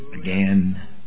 again